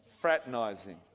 Fraternizing